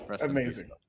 Amazing